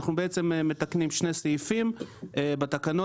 אנחנו בעצם מתקנים שני סעיפים בתקנות